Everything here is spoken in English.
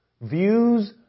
views